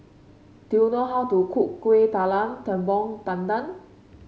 do you know how to cook Kuih Talam Tepong Pandan